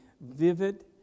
vivid